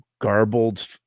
garbled